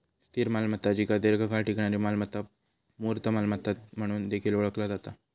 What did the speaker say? स्थिर मालमत्ता जिका दीर्घकाळ टिकणारी मालमत्ता, मूर्त मालमत्ता म्हणून देखील ओळखला जाता